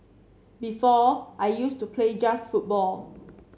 before I used to play just football